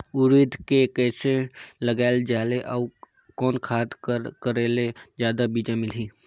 उरीद के कइसे लगाय जाले अउ कोन खाद कर करेले जादा बीजा मिलही?